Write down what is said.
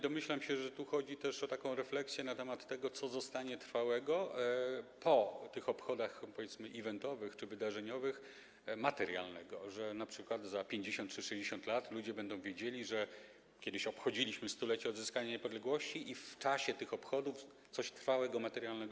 Domyślam się, że tu chodzi też o taką refleksję na temat tego, co zostanie trwałego po tych obchodach, powiedzmy eventowych czy wydarzeniowych, materialnego, tak żeby np. za 50 czy 60 lat ludzie wiedzieli, że kiedyś obchodziliśmy 100-lecie odzyskania niepodległości i po tych obchodach zostało coś trwałego, materialnego.